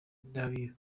n’abiru